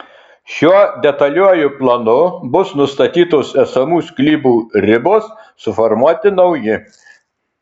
šiuo detaliuoju planu bus nustatytos esamų sklypų ribos suformuoti nauji